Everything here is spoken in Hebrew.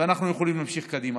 ואנחנו יכולים להמשיך קדימה.